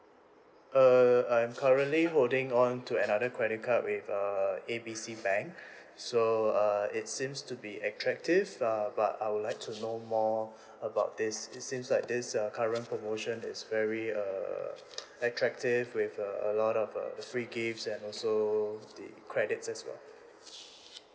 err I'm currently holding on to another credit card with uh A B C bank so uh it seems to be attractive uh but I would like to know more about this it seems like this uh current promotion that is very err attractive with uh a lot of uh free gifts and also the credits as well